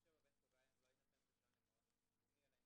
קובע: "לא יינתן רישיון למעון יום שיקומי אלא